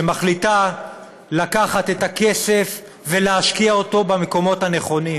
שמחליטה לקחת את הכסף ולהשקיע אותו במקומות הנכונים,